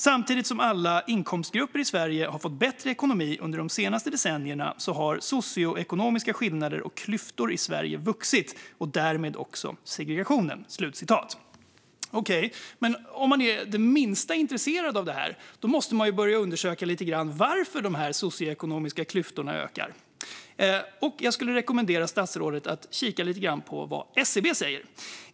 Samtidigt som alla inkomstgrupper i Sverige har fått bättre ekonomi under de senaste decennierna, har de socioekonomiska skillnaderna och klyftorna i Sverige vuxit och därmed också segregationen." Okej, men om man är det minsta intresserad av detta måste man börja undersöka varför de socioekonomiska klyftorna ökar. Jag skulle rekommendera statsrådet att kika lite grann på vad SCB säger.